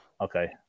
okay